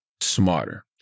smarter